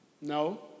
No